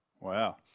Wow